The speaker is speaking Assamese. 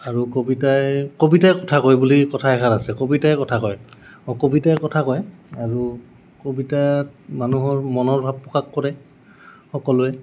আৰু কবিতাই কবিতাই কথা কয় বুলি কথা এষাৰ আছে কবিতাই কথা কয় অঁ কবিতাই কথা কয় আৰু কবিতাত মানুহৰ মনৰ ভাৱ প্ৰকাশ কৰে সকলোৱে